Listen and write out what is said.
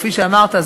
כפי שאמרת,